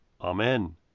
Amen